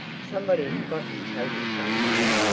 somebody's got to tell you some day.